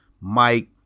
Mike